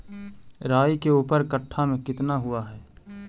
राई के ऊपर कट्ठा में कितना हुआ है?